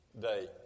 day